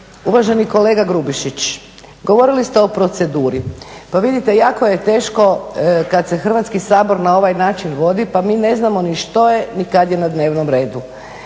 Uvaženi kolega Grubišić, govorili ste o proceduri. Pa vidite jako je teško kad se Hrvatski sabor na ovaj način vodi pa mi ne znamo ni što je ni kad je na dnevnom redu,